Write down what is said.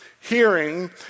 hearing